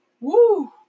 Woo